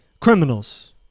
criminals